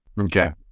Okay